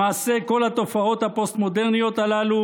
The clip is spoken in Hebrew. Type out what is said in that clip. למעשה כל התופעות הפוסט-מודרניות הללו